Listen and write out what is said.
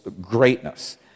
greatness